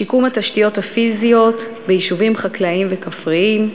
שיקום התשתיות הפיזיות ביישובים חקלאיים וכפריים,